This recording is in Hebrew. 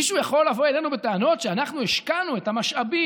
מישהו יכול לבוא אלינו בטענות שאנחנו השקענו את המשאבים,